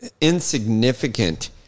insignificant